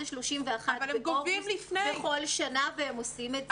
ה-31 באוגוסט בכל שנה והם עושים את זה.